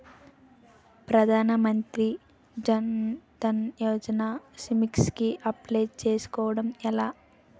ప్రధాన మంత్రి జన్ ధన్ యోజన స్కీమ్స్ కి అప్లయ్ చేసుకోవడం ఎలా?